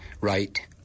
right